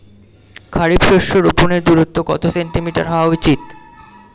খারিফ শস্য রোপনের দূরত্ব কত সেন্টিমিটার হওয়া উচিৎ?